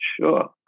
Sure